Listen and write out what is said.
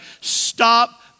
stop